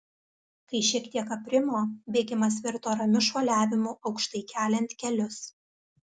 kai šiek tiek aprimo bėgimas virto ramiu šuoliavimu aukštai keliant kelius